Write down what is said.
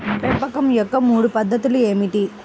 పెంపకం యొక్క మూడు పద్ధతులు ఏమిటీ?